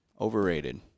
Overrated